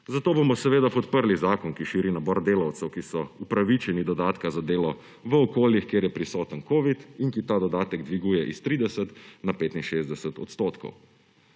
Zato bomo seveda podprli zakon, ki širi nabor delavcev, ki so upravičeni dodatka za delo v okoljih, kjer je prisoten covid in ki ta dodatek dviguje s 30 na 65 odstotkov.